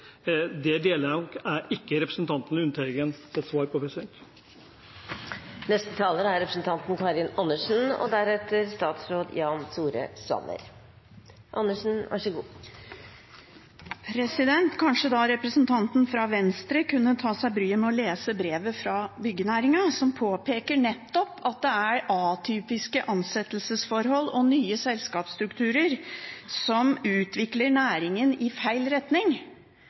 deler jeg nok ikke representanten Lundteigen sitt svar. Kanskje representanten fra Venstre da kunne ta seg bryet med å lese brevet fra byggenæringen, som påpeker nettopp at det er atypiske ansettelsesforhold og nye selskapsstrukturer som utvikler næringen i feil retning.